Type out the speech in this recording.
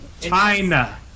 China